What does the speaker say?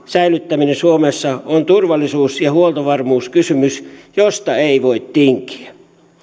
säilyttäminen suomessa on turvallisuus ja huoltovarmuuskysymys josta ei voi tinkiä